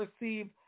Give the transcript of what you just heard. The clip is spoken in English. receive